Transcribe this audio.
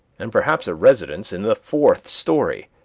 and perhaps a residence in the fourth story.